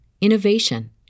innovation